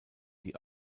die